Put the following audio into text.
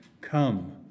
come